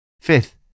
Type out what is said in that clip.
Fifth